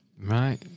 Right